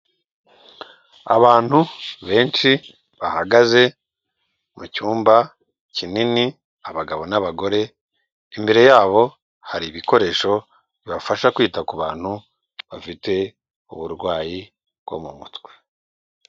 Abantu benshi bahagaze mu cyumba kinini abagabo n'abagore, imbere yabo hari ibikoresho bibafasha kwita ku bantu bafite uburwayi bwo mu mutwe.